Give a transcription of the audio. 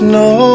no